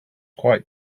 quite